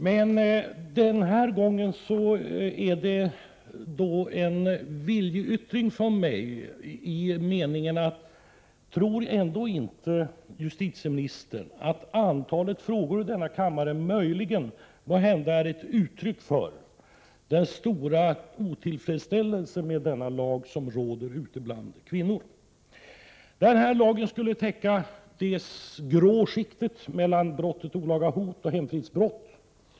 Men den här gången är frågan en viljeyttring i den meningen att jag därmed vill fråga justitieministern: Tror inte justitieministern att antalet frågor i det här ärendet här i kammaren möjligen kan vara ett uttryck för den stora otillfredsställelse med denna lag som råder ute bland kvinnor? Den här lagen skulle täcka det grå skiktet mellan brotten olaga hot och hemfridsbrott.